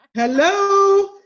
Hello